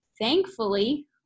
thankfully